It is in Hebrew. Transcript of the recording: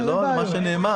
זה לא מה שנאמר.